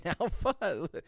Alpha